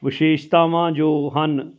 ਵਿਸ਼ੇਸ਼ਤਾਵਾਂ ਜੋ ਹਨ